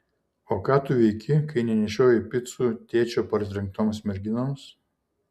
o ką tu veiki kai nenešioji picų tėčio partrenktoms merginoms